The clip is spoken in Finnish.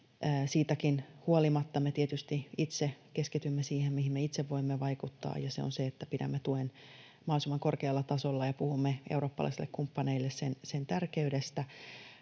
Siitäkin huolimatta me tietysti itse keskitymme siihen, mihin me itse voimme vaikuttaa, ja se on se, että pidämme tuen mahdollisimman korkealla tasolla ja puhumme eurooppalaisille kumppaneille sen tärkeydestä